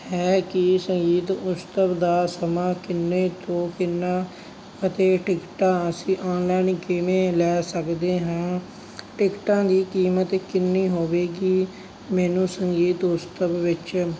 ਹੈ ਕਿ ਸੰਗੀਤ ਉਤਸਵ ਦਾ ਸਮਾਂ ਕਿੰਨੇ ਤੋਂ ਕਿੰਨਾ ਅਤੇ ਟਿਕਟਾਂ ਅਸੀਂ ਆਨਲਾਈਨ ਕਿਵੇਂ ਲੈ ਸਕਦੇ ਹਾਂ ਟਿਕਟਾਂ ਦੀ ਕੀਮਤ ਕਿੰਨੀ ਹੋਵੇਗੀ ਮੈਨੂੰ ਸੰਗੀਤ ਉਤਸਵ ਵਿੱਚ